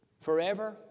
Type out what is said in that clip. Forever